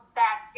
back